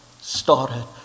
started